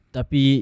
Tapi